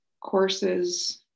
Courses